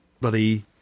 bloody